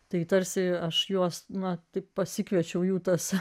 tai tarsi aš juos na taip pasikviečiau jų tas